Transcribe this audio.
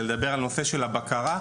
לדבר על הנושא של הבקרה.